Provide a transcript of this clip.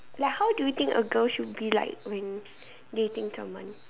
like how do you think a girl should be like when dating someone